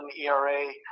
ERA